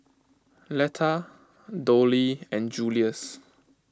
Letta Dollie and Julius